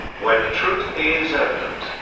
when the truth is evident,